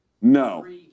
No